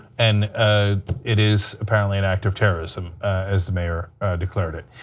and ah it is apparently an act of terrorism as the mayor declared it.